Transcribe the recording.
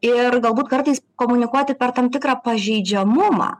ir galbūt kartais komunikuoti per tam tikrą pažeidžiamumą